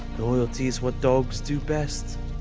loyalty is what dogs do best.